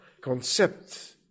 concept